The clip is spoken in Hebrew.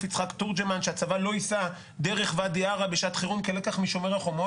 יצחק תורג'מן שהצבא לא ייסע דרך ואדי ערה בשעת חירום כלקח מ"שומר החומות".